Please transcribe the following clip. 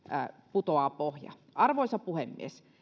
putoaa pohja arvoisa puhemies